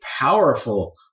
powerful